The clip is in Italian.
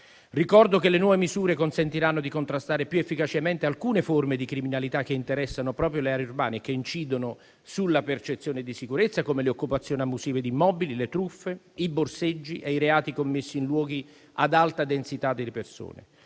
Ricordo che le nuove misure consentiranno di contrastare più efficacemente alcune forme di criminalità che interessano proprio le aree urbane e che incidono sulla percezione di sicurezza, come le occupazioni abusive di immobili, le truffe, i borseggi e i reati commessi in luoghi ad alta densità di persone.